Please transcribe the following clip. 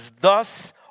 thus